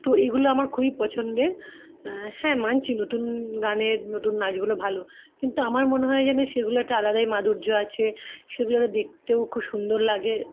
তো এইগুলো আমার খুবই পছন্দের হ্যাঁ মানছি নতুন গানের নতুন নাচগুলো ভালো কিন্তু আমার মনে হয় যেন সেগুলো একটা আলাদাই মাধুর্য আছে সেগুলোরে দেখতেও খুব সুন্দর লাগে